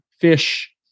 fish